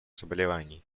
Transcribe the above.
заболеваний